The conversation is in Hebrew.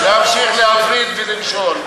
להמשיך להפריד ולמשול.